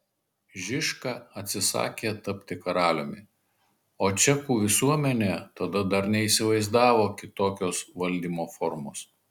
žižka atsisakė tapti karaliumi o čekų visuomenė tada dar neįsivaizdavo kitokios valdymo formos